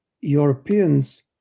Europeans